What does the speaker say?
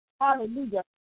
hallelujah